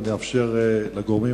ונאפשר לגורמים